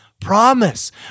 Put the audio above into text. promise